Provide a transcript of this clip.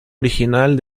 original